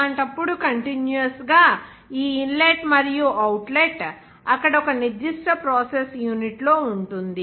అలాంటప్పుడు కంటిన్యూయస్ గా ఈ ఇన్లెట్ మరియు అవుట్లెట్ అక్కడ ఒక నిర్దిష్ట ప్రాసెస్ యూనిట్ లో ఉంటుంది